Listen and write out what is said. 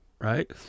right